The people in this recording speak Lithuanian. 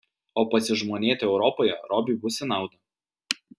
o pasižmonėti europoje robiui bus į naudą